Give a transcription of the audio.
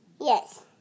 Yes